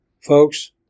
Folks